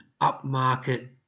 upmarket